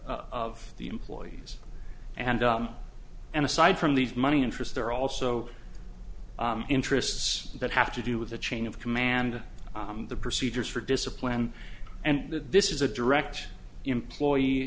of the employees and an aside from the money interest there also interests that have to do with the chain of command the procedures for discipline and that this is a direct employee